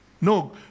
No